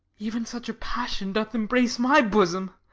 even such a passion doth embrace my bosom.